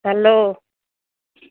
hello